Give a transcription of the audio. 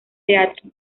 teatro